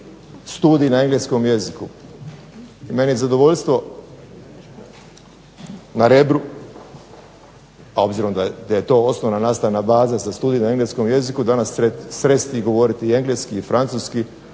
studij na engleskom jeziku. I meni je zadovoljstvo na Rebru, a obzirom da je to osnovna nastavna baza za studij na engleskom jeziku danas … govoriti engleski i francuski,